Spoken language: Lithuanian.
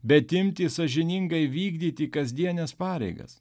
bet imti sąžiningai vykdyti kasdienes pareigas